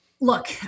look